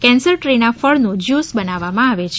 cancer દ્રીના ફળનું juice બનાવવામાં આવે છે